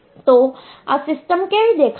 તો આ સિસ્ટમ કેવી દેખાશે